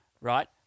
right